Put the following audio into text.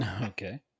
Okay